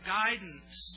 guidance